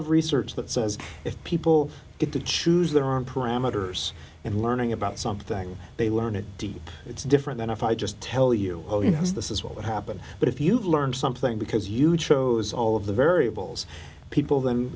of research that says if people get to choose their own parameters and learning about something they learn it deep it's different than if i just tell you oh yes this is what would happen but if you've learned something because you chose all of the variables people the